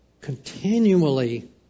continually